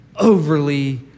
overly